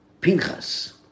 Pinchas